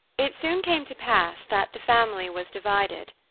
it soon came to pass that the family was divided,